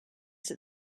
that